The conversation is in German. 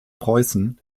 preußen